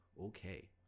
okay